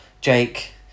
Jake